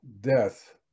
death